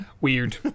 Weird